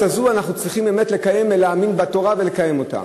הזאת אנחנו צריכים באמת להאמין בתורה ולקיים אותה.